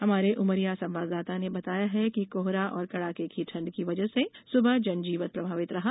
हमारे उमरिया संवाददाता ने बताया है कि कोहरा और कड़ाके की ठंड की वजह से सुबह जनजीवन प्रभावित रहा